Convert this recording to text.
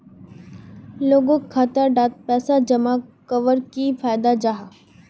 लोगोक खाता डात पैसा जमा कवर की फायदा जाहा?